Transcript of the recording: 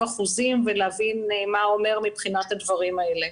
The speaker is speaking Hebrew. אחוזים ולהבין מה זה אומר מבחינת הדברים האלה.